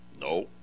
No